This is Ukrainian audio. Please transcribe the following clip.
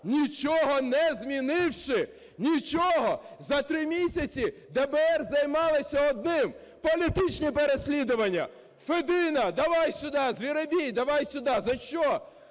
нічого не змінивши. Нічого! За три місяці ДБР займалося одним – політичні переслідування: Федина, - давай сюди; Звіробій - давай сюди. За що?